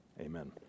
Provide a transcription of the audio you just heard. amen